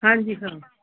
ਹਾਂਜੀ ਹਾਂ